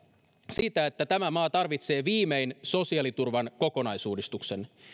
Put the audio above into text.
siitä että tämä maa tarvitsee viimein sosiaaliturvan kokonaisuudistuksen